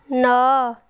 ନଅ